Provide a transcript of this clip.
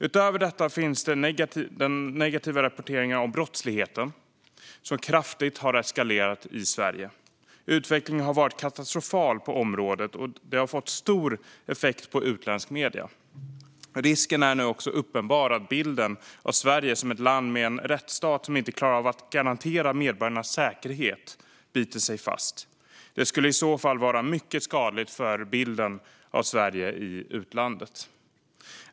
Utöver detta finns den negativa rapporteringen om brottsligheten, som kraftigt har eskalerat i Sverige. Utvecklingen har varit katastrofal på området, och det har fått en stor effekt på utländska medier. Risken är nu uppenbar att bilden av Sverige som ett land med en rättsstat som inte klarar av att garantera medborgarnas säkerhet biter sig fast. Det skulle i så fall vara mycket skadligt för bilden av Sverige i utlandet.